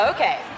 Okay